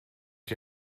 die